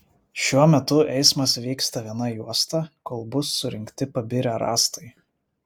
šiuo metu eismas vyksta viena juosta kol bus surinkti pabirę rąstai